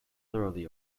thoroughly